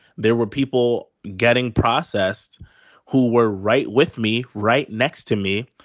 there were people getting processed who were right with me, right next to me,